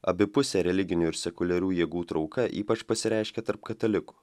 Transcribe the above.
abipusė religinių ir sekuliarių jėgų trauka ypač pasireiškia tarp katalikų